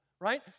right